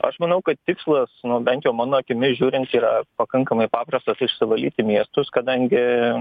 aš manau kad tikslas nu bent jau mano akimis žiūrint yra pakankamai paprastas išsivalyti miestus kadangi